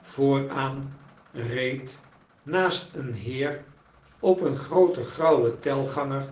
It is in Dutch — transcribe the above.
vooraan reed naast een heer op een grooten grauwen telganger